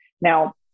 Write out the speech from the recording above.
Now